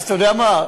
אתה יודע מה?